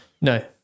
No